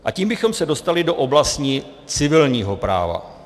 A tím bychom se dostali do oblasti civilního práva.